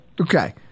Okay